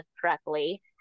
correctly